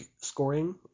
scoring